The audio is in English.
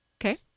Okay